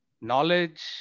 knowledge